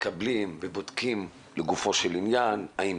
מקבלים ובודקים לגופו של עניין האם